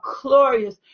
glorious